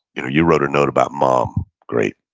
you know you wrote a note about mom, great,